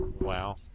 Wow